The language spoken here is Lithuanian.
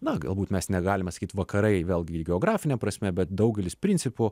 na galbūt mes negalime sakyt vakarai vėlgi geografine prasme bet daugelis principų